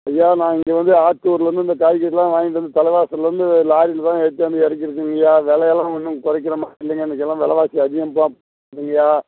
ஐயா நான் இங்கே வந்து ஆத்தூரிலேருந்து இந்த காய்கறியெலாம் வாங்கிட்டு வந்து தலைவாசலிலேருந்து லாரியிலதான் ஏற்றியாந்து இறக்கிருக்கேங்கய்யா விலையெல்லாம் ஒன்றும் குறைக்கிற மாதிரி இல்லீங்க இன்றைக்கெல்லாம் வெலைவாசி அதிகம்மா இருக்குதுங்கய்யா